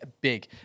big